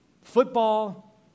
football